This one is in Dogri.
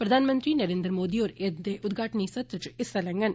प्रधानमंत्री नरेन्द्र मोदी होर एह्दे उद्घाटन सत्र च हिस्सा लैंडन